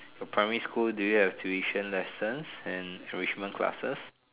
your primary school do you have tuition lessons and enrichment classes